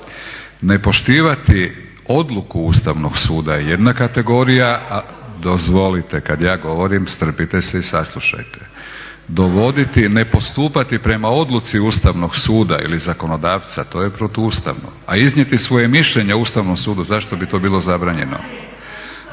Ne poštivati odluku Ustavnog suda je jedna kategorija… … /Upadica se ne razumije./ … Dozvolite, kad ja govorim strpite se i saslušajte. Dovoditi ne postupati prema odluci Ustavnog suda ili zakonodavca, to je protuustavno, a iznijeti svoje mišljenje o Ustavnom sudu zašto bi to bilo zabranjeno.